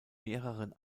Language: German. mehreren